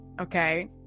okay